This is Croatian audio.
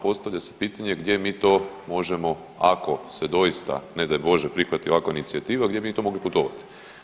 Postavlja se pitanje gdje mi to možemo ako se doista ne daj Bože prihvati ovakva inicijativa, gdje bi mi to mogli putovati.